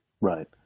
Right